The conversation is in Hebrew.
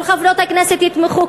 שכל חברות הכנסת יתמכו,